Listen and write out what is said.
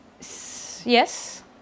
Yes